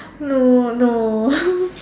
no no